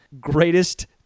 greatest